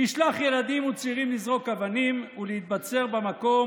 נשלח ילדים וצעירים לזרוק אבנים ולהתבצר במקום